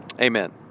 Amen